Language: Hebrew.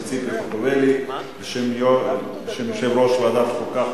ציפי חוטובלי בשם יושב-ראש ועדת החוקה,